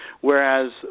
whereas